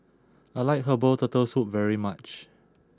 I like Herbal Turtle Soup very much